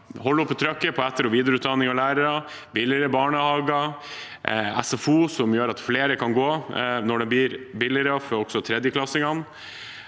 holde oppe trykket på etter- og videreutdanning av lærere, billigere barnehager og SFO, der flere kan gå når det blir billigere også for tredjeklassingene,